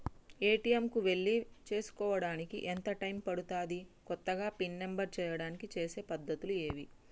ATM కు వెళ్లి చేసుకోవడానికి ఎంత టైం పడుతది? కొత్తగా పిన్ నంబర్ చేయడానికి చేసే పద్ధతులు ఏవి?